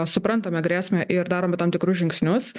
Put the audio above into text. suprantame grėsmę ir darome tam tikrus žingsnius